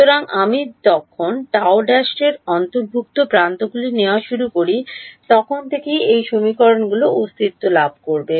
সুতরাং আমি যখন Γ ′ এর অন্তর্ভুক্ত প্রান্তগুলি নেওয়া শুরু করব তখন থেকেই এই সমীকরণগুলি অস্তিত্ব লাভ করবে